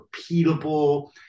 repeatable